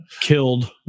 killed